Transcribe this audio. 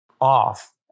off